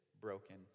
broken